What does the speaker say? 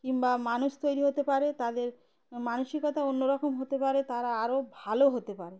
কিংবা মানুষ তৈরি হতে পারে তাদের মানসিকতা অন্য রকম হতে পারে তারা আরও ভালো হতে পারে